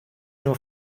nur